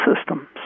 systems